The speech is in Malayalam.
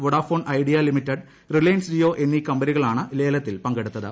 Vodafone Idea Bharti Airtel Reliance Jio എന്നീ കമ്പനികളാണ് ലേലത്തിൽ പങ്കെടുത്തത്